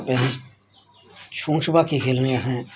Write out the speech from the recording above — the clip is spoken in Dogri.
फिर छूं छपाकी खेलने असें